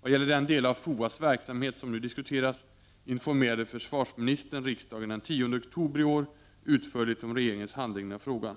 Vad gäller den del av FOA:s verksamhet som nu diskuteras informerade försvarsministern riksdagen den 10 oktober i år utförligt om regeringens handläggning av frågan.